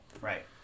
Right